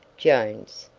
jones.